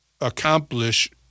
accomplish